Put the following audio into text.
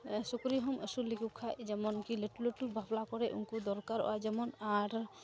ᱥᱩᱠᱨᱤᱦᱚᱸᱢ ᱟᱹᱥᱩᱞ ᱞᱮᱠᱚᱠᱷᱟᱡ ᱡᱮᱢᱚᱱᱠᱤ ᱞᱟᱹᱴᱩᱼᱞᱟᱹᱴᱩ ᱵᱟᱯᱞᱟ ᱠᱚᱨᱮ ᱩᱱᱠᱩ ᱫᱚᱨᱠᱟᱨᱚᱜᱼᱟ ᱡᱮᱢᱚᱱ ᱟᱨ